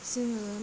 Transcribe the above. जोङो